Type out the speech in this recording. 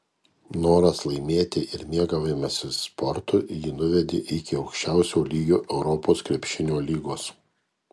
noras laimėti ir mėgavimasis sportu jį nuvedė iki aukščiausio lygio europos krepšinio lygos